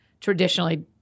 traditionally